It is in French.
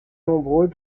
nombreux